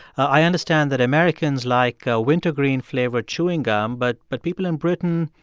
i understand that americans like ah wintergreen-flavored chewing gum but but people in britain,